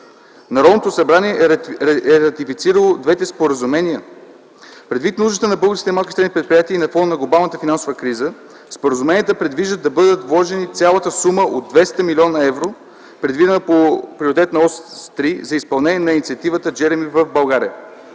Народното събрание е ратифицирало двете споразумения. Предвид нуждата на българските малки и средни предприятия и на фона на глобалната финансова криза споразуменията предвиждат да бъде вложена цялата сума от 200 млн. евро, предвидена по приоритетна ос 3 за изпълнение на инициативата „Джеръми” в България.